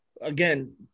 again